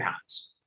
pounds